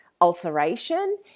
ulceration